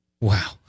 Wow